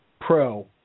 pro